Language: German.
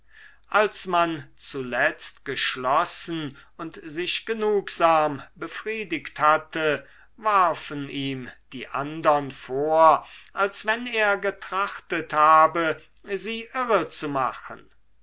als man zuletzt geschlossen und sich genugsam befriedigt hatte warfen ihm die andern vor als wenn er getrachtet habe sie irrezumachen